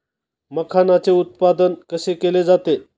मखाणाचे उत्पादन कसे केले जाते?